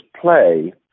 play